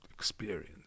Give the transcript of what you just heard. Experience